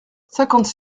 cinquante